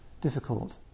difficult